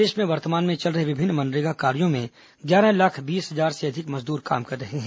प्रदेश में वर्तमान में चल रहे विभिन्न मनरेगा कार्यो में ग्यारह लाख बीस हजार से अधिक मजदूर काम कर रहे हैं